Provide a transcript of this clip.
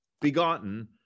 begotten